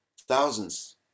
thousands